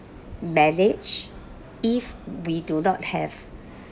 managed if we do not have